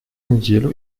неделю